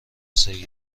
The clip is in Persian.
سید